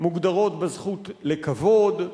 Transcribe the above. מוגדרות בזכות לכבוד,